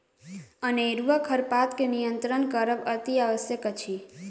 अनेरूआ खरपात के नियंत्रण करब अतिआवश्यक अछि